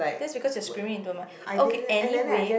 just because you're screaming into the mic okay anyway